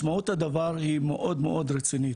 משמעות הדבר היא מאוד מאוד רצינית,